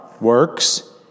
works